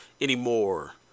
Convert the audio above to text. anymore